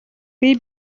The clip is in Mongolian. бие